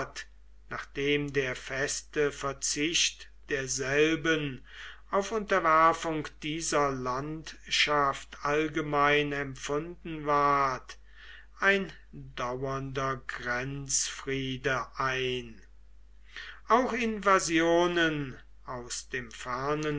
nachdem der feste verzicht derselben auf unterwerfung dieser landschaft allgemein empfunden ward ein dauernder grenzfriede ein auch invasionen aus dem fernen